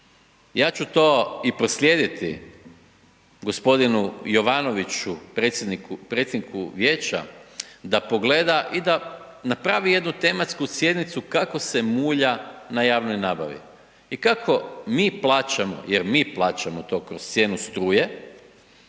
Ja ću to i proslijediti, gospodinu Jovanoviću predsjedniku Vijeća da pogleda i da na raspravi jednu tematsku sjednicu kako se mulja na javnoj nabavi i kako mi plaćamo, jer mi plaćamo to kroz cijenu struje,